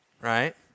Right